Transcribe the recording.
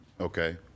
Okay